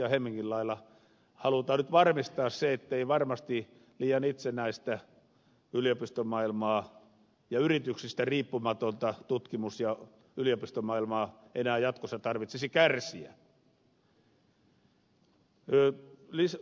hemmingin lailla halutaan nyt varmistaa se ettei varmasti liian itsenäisestä ja yrityksistä riippumattomasta tutkimus ja yliopistomaailmasta enää jatkossa tarvitsisi kärsiä